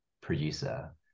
producer